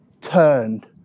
turned